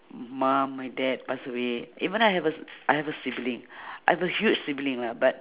mom my dad pass away even I have a s~ I have a sibling I have a huge sibling lah but